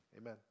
Amen